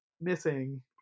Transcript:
missing